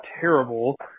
terrible